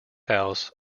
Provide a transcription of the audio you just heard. house